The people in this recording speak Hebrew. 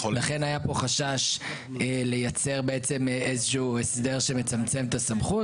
לכן היה פה חשש לייצר איזשהו הסדר שמצמצם את הסמכות.